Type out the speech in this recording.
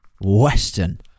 Western